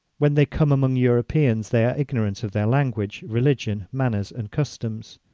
when they come among europeans, they are ignorant of their language, religion, manners, and customs.